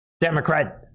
Democrat